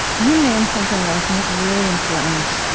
you named something that i think is really important,